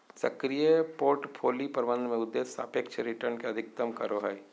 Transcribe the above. सक्रिय पोर्टफोलि प्रबंधन में उद्देश्य सापेक्ष रिटर्न के अधिकतम करो हइ